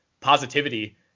positivity